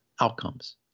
outcomes